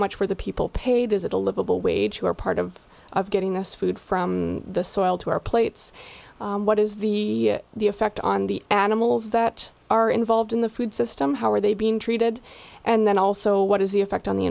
much were the people paid is it a livable wage who are part of getting us food from the soil to our plates what is the the effect on the animals that are involved in the food system how are they being treated and then also what is the effect on the